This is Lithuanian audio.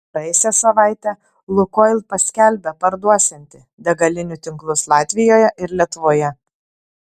praėjusią savaitę lukoil paskelbė parduosianti degalinių tinklus latvijoje ir lietuvoje